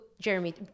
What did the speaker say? Jeremy